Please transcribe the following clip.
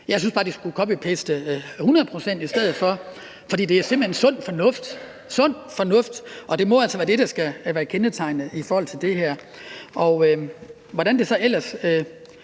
Jeg synes bare, de skulle copy-paste hundrede procent i stedet for. For det er simpelt hen sund fornuft, og det må altså være det, der skal være kendetegnende for det her. I forhold til hvordan det så ellers